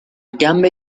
gambe